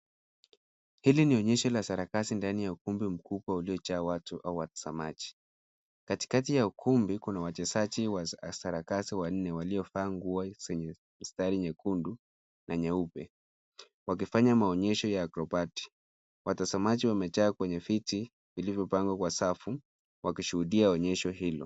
Hili ni onyesho la sarakasi ndani ya ukumbi mkubwa uliojaa watu au watazamaji. Katikati ya ukumbi kuna wachezaji wa sarakasi wanne waliovaa nguo zenye mstari nyekundu, na nyeupe, wakifanya maonyesho ya acrobati. Watazamaji wamejaa kwenye viti, vilivyopangwa kwa safu, wakishuhudia onyesho hilo.